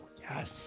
yes